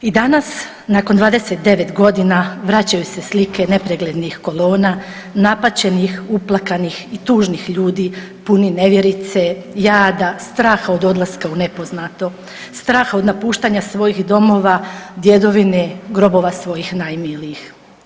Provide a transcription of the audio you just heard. I danas nakon 29 godina vraćaju se slike nepreglednih kolona napaćenih, uplakanih i tužnih ljudi puni nevjerice, jada, straha od odlaska u nepoznato, straha od napuštanja svojih domova, djedovine, grobova svojih najmilijih.